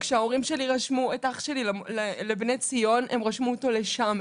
כשההורים שלי רשמו את אח שלי לבני ציון הם רשמו אותו לשם,